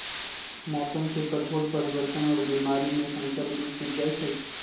मौसम के कठोर परिवर्तन और बीमारी में संकर बीज टिक जाई छई